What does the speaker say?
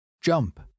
Jump